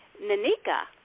Nanika